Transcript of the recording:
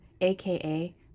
aka